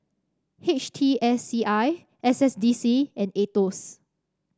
H T S C I S S D C and Aetos